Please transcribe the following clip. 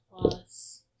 plus